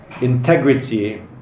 integrity